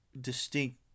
distinct